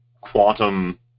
quantum